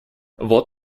вот